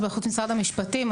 זה באחריות משרד המשפטים.